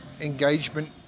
engagement